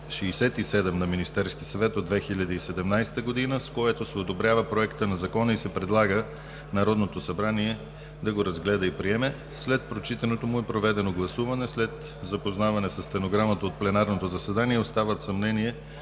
567 на Министерския съвет от 2017 г., с което се одобрява Проектът на закона и се предлага Народното събрание да го разгледа и приеме. След прочитането му е проведено гласуване. След запознаване със стенограмата от пленарното заседание остават съмнения